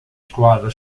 squadra